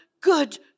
good